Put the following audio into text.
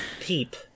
peep